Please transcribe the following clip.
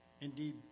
Indeed